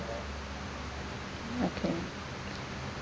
okay